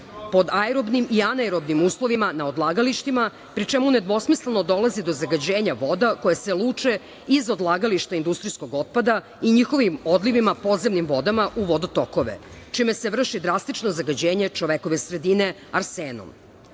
pod aerobnim i aneorobnim uslovima na odlagalištima, pri čemu nedvosmisleno dolazi do zagađenja voda koje se luče iz odlagališta industrijskog otpada i njihovim odlivima, podzemnim vodama u vodotokove čime se vrši drastično zagađenje čovekove sredine arsenom. Rio